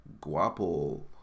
Guapo